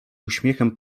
uśmiechem